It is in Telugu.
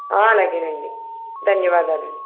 అలాగేనండి ధన్యవాదాలు అండీ